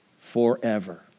forever